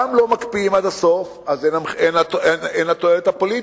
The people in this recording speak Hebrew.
גם לא מקפיאים עד הסוף, אז אין התועלת הפוליטית.